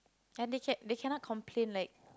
and they cat they cannot complain like